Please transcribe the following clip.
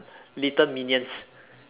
little minions